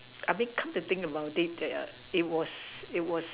I mean come to think about it that err it was it was